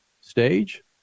stage